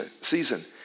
season